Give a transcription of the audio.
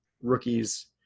rookies